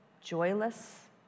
joyless